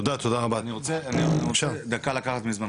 אני רוצה דקה לקחת מזמנך.